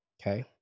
Okay